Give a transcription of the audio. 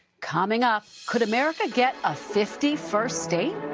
coming up, could america get a fifty first state?